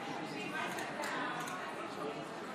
אני קובע שהודעת ראש הממשלה